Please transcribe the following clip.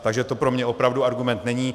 Takže to pro mě opravdu argument není.